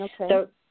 Okay